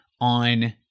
on